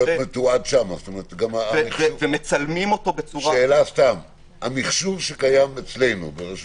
המכשור שקיים אצלנו ברשות